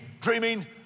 dreaming